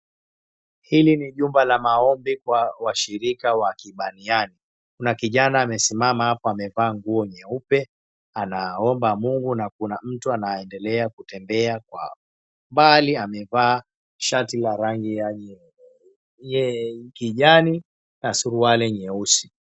Hili ni jumba la maombi kwa washirika wa kibaniani, kuna kijana amesimama hapo amevaa nguo nyeupe anaomba Mungu na kuna mtu anaendelea kutembea kwa mbali amevaa shati ya rangi ya kijani na suruali nyeusi.